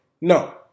No